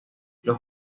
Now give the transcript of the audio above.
los